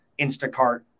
Instacart